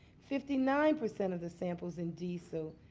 fifty nine percent of the samples in diesel,